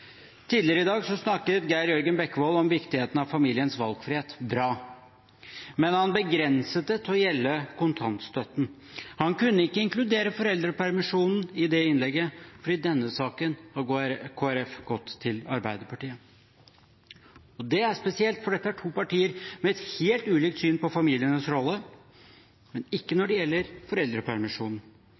Tidligere i dag snakket Geir Jørgen Bekkevold om viktigheten av familiens valgfrihet – bra. Men han begrenset det til å gjelde kontantstøtten. Han kunne ikke inkludere foreldrepermisjonen i det innlegget, for i denne saken har Kristelig Folkeparti gått til Arbeiderpartiet. Det er spesielt, for det er to partier med helt ulikt syn på familienes rolle – men ikke når det gjelder